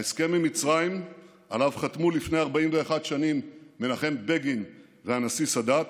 ההסכם עם מצרים שעליו חתמו לפני 41 שנים מנחם בגין והנשיא סאדאת,